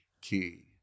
key